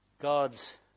God's